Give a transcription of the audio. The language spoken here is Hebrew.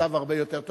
למצב הרבה יותר טוב.